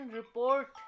report